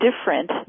different